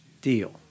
deal